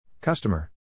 Customer